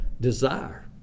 desire